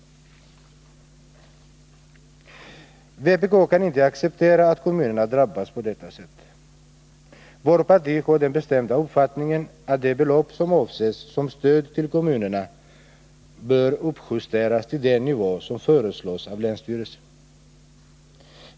Vpk kan inte acceptera att kommunerna drabbas på detta sätt. Vårt parti har den bestämda uppfattningen att det belopp som avses som stöd till kommunerna bör uppjusteras till den nivå som föreslås av länsstyrelsen.